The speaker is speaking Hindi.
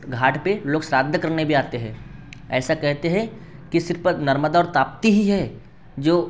घाट पर लोग श्राद्ध करने भी आते हैं ऐसा कहते हैं कि सिर्फ़ नर्मदा और ताप्ती ही है जो